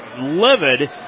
livid